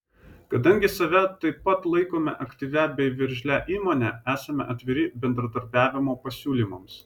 kadangi save taip pat laikome aktyvia bei veržlia įmone esame atviri bendradarbiavimo pasiūlymams